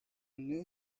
new